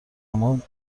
مون